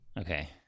Okay